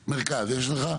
מרכז, יש לך?